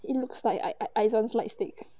it looks like I I is one light stick